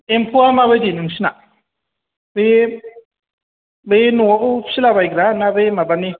एम्फौआ मा बायदि नोंसिना बे बे न'आव फिसिलाबायग्रा ना बे मााबानि